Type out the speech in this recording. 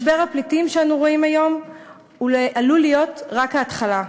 משבר הפליטים שאנו רואים היום עלול להיות רק ההתחלה.